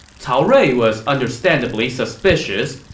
cao rui was understandably suspicious,